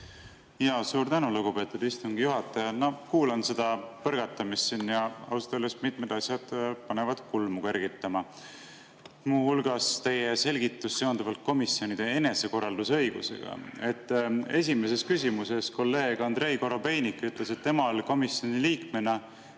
Suur tänu, lugupeetud istungi juhataja! Kuulan seda põrgatamist siin ja ausalt öeldes mitmed asjad panevad kulmu kergitama, muu hulgas teie selgitus komisjonide enesekorraldusõiguse kohta. Esimeses küsimuses kolleeg Andrei Korobeinik ütles, et temal komisjoni liikmena